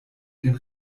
den